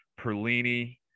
Perlini